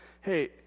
hey